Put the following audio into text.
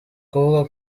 kuvuga